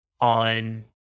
on